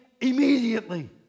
immediately